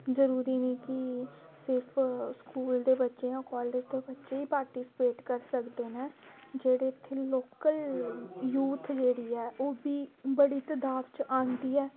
जरूरी निं कि सिर्फ स्कूल दे बच्चे जां कालेज दे बच्चे ई पार्टिस्पेट करी सकदे न जेह्ड़े इत्थै लोकल यूथ जेह्ड़ी ऐ ओह् बी बड़ी तदाद च आंदी ऐ